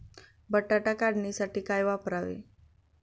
बटाटा काढणीसाठी काय वापरावे?